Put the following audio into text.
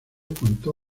contó